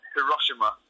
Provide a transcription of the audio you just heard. Hiroshima